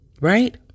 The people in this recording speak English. right